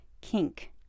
kink